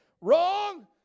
Wrong